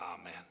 Amen